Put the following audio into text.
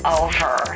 over